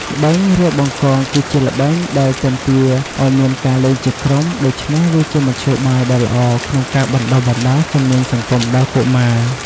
ល្បែង រាវបង្កង គឺជាល្បែងដែលទាមទារឱ្យមានការលេងជាក្រុម ដូច្នេះវាជាមធ្យោបាយដ៏ល្អក្នុងការបណ្តុះបណ្តាលជំនាញសង្គមដល់កុមារ។